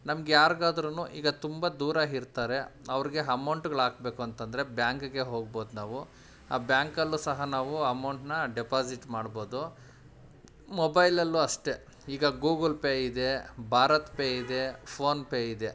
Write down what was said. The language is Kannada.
ನಮ್ಗೆ ಯಾರಿಗಾದ್ರೂ ಈಗ ತುಂಬ ದೂರ ಇರ್ತಾರೆ ಅವ್ರಿಗೆ ಅಮೌಂಟುಗಳ್ ಹಾಕ್ಬೇಕು ಅಂತಂದರೆ ಬ್ಯಾಂಕಿಗೆ ಹೋಗ್ಬೋದು ನಾವು ಆ ಬ್ಯಾಂಕಲ್ಲೂ ಸಹ ನಾವು ಅಮೌಂಟನ್ನ ಡೆಪಾಸಿಟ್ ಮಾಡ್ಬೋದು ಮೊಬೈಲಲ್ಲೂ ಅಷ್ಟೇ ಈಗ ಗೂಗಲ್ ಪೇ ಇದೆ ಭಾರತ್ ಪೇ ಇದೆ ಫೋನ್ಪೇ ಇದೆ